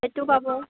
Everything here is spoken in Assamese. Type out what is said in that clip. সেইটো পাব